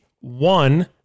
One